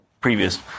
previous